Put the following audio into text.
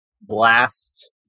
blasts